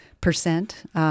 percent